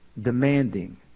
demanding